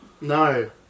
No